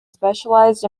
specialised